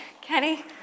Kenny